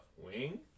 Wing